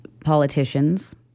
politicians